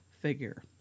Figure